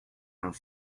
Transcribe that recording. vingt